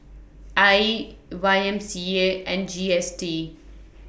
AYE Y M C A and G S T